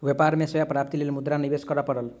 व्यापार में सेवा प्राप्तिक लेल मुद्रा निवेश करअ पड़त